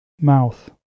mouth